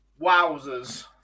Wowzers